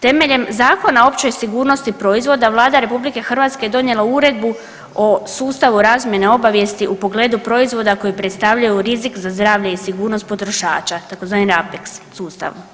Temeljem Zakona o općoj sigurnosti proizvoda Vlada Republike Hrvatske je donijela Uredbu o sustavu razmjene obavijesti u pogledu proizvoda koji predstavljaju rizik za zdravlje i sigurnost potrošača, tzv. RAPEX sustav.